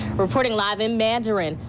reporting live in mandarin,